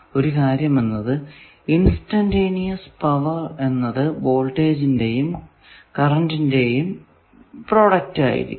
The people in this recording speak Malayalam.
ഒരു കാര്യം എന്നത് ഇൻസ്റ്റന്റീനിയസ് പവർ എന്നത് വോൾട്ടേജിന്റെയും കറന്റിന്റെയും ഗുണിതം ആയിരിക്കണം